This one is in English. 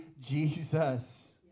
Jesus